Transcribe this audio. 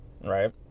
Right